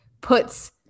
puts